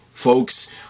Folks